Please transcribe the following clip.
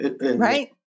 Right